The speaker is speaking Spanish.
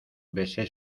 besé